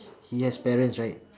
he has parents right